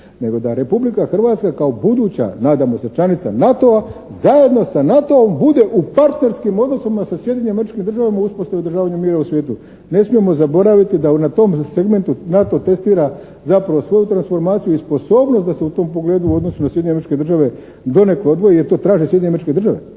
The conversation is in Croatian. nego da Republika Hrvatska kao buduća nadamo se članica NATO-a zajedno sa NATO-om bude u partnerskim odnosima sa Sjedinjenim Američkim Državama u uspostavi održavanja mira u svijetu. Ne smijemo zaboraviti da u na tom segmentu NATO testira zapravo svoju transformaciju i sposobnost da se u tom pogledu u odnosu na Sjedinjene Američke Države donekle odvoji jer to traže Sjedinjene Američke Države